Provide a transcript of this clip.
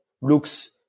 looks